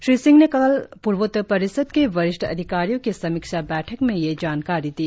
श्री सिंह ने कल पूर्वोतर परिषद के वरिष्ठ अधिकारियों की समीक्षा बैठक में यह जानकारी दी